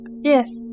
Yes